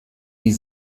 die